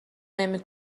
نمی